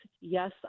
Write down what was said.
Yes